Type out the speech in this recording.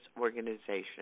organization